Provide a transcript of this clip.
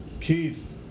Keith